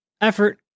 effort